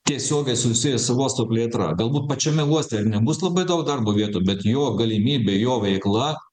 tiesiogiai susiję su uosto plėtra galbūt pačiame uoste ir nebus labai daug darbo vietų bet jo galimybė jo veikla